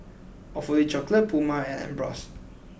Awfully Chocolate Puma and Ambros